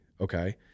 okay